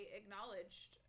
acknowledged